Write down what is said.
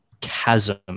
chasm